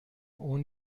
اون